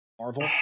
Marvel